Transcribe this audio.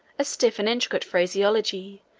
a stiff and intricate phraseology,